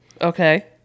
Okay